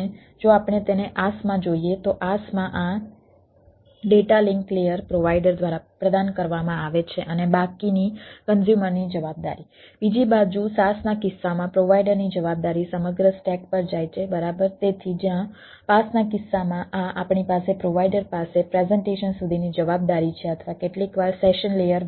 અને જો આપણે તેને IaaS માં જોઈએ તો IaaS માં આ ડેટા લિંક લેયર